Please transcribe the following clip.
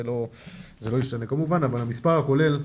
זה לא ישתנה כמובן אבל המספר הכולל,